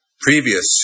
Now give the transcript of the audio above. previous